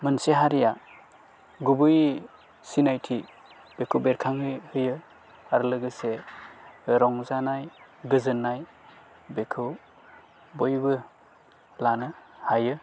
मोनसे हारिया गुबैयै सिनायथि बेखौ बेरखांहो होयो आरो लोगोसे रंजानाय गोजोन्नाय बेखौ बयबो लानो हायो